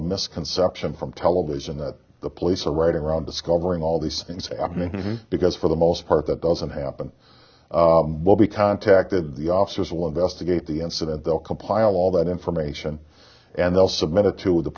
a misconception from television that the police are right around discovering all these things because for the most part that doesn't happen will be contacted the officers will investigate the incident they'll compile all that information and they'll submit it to the